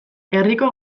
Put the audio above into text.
herriko